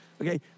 okay